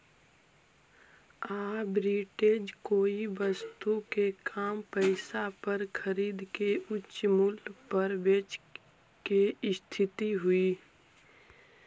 arbitrage कोई वस्तु के कम पईसा पर खरीद के उच्च मूल्य पर बेचे के स्थिति हई